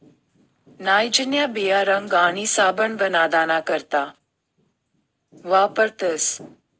नाइजरन्या बिया रंग आणि साबण बनाडाना करता वापरतस